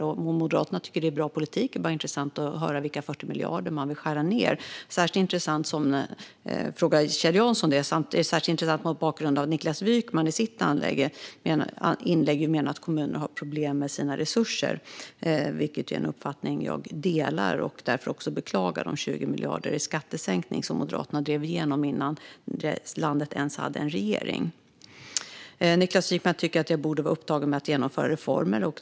Om Moderaterna tycker att det är bra politik vore det intressant att höra från Kjell Jansson vilka 140 miljarder man vill skära ned. Det är särskilt intressant mot bakgrund av att Niklas Wykman i sitt inlägg menar att kommunerna har problem med sina resurser, vilket ju är en uppfattning som jag delar. Därför beklagar jag de 20 miljarder i skattesänkning som Moderaterna drev igenom innan landet ens hade en regering. Niklas Wykman tycker att jag borde vara upptagen med att genomföra reformer.